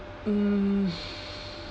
mm